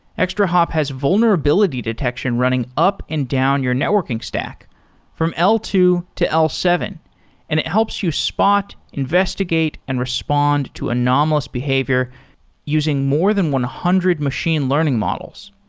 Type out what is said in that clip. extrahop has vulnerability detection running up and down your networking stock from l two to l seven and it helps you spot, investigate and respond to anomalous behavior using more than one hundred machine learning models.